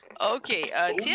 Okay